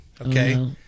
okay